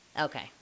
okay